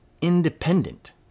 independent